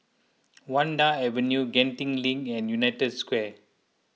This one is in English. Vanda Avenue Genting Link and United Square